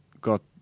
got